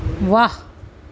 ਵਾਹ